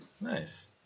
nice